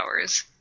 hours